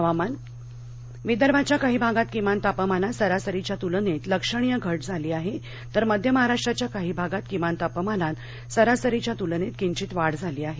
हवामान विदर्भाच्या काही भागात किमान तापमानात सरासरीच्या तुलनेत लक्षणीय घट झाली आहे तर मध्य महाराष्ट्राच्या काही भागात किमान तापमानात सरासरीच्या तूलनेत किंचित वाढ झाली आहे